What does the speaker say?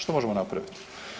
Što možemo napraviti?